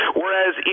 whereas